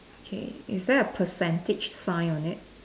okay is there a percentage sign on it